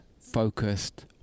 focused